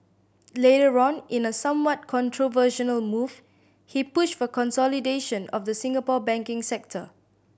later on in a somewhat controversial move he pushed for consolidation of the Singapore banking sector